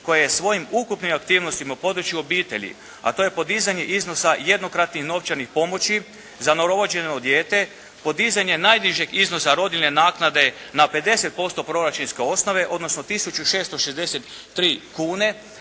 koja je svojim ukupnim aktivnostima u području obitelji, a to je podizanje iznosa jednokratnih novčanih pomoći za novorođeno dijete, podizanje najnižeg iznosa rodiljne naknade na 50% proračunske osnove, odnosno tisuću 663 kune,